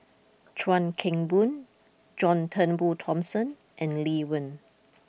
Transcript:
Chuan Keng Boon John Turnbull Thomson and Lee Wen